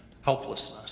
helplessness